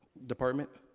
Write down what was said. department.